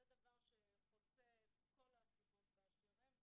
זה דבר שחוצה את כל הסיבות באשר הן,